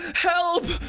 help!